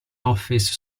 office